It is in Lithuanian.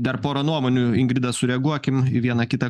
dar pora nuomonių ingrida sureaguokim į vieną kitą